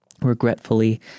Regretfully